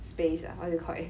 space ah what do you call it